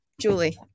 Julie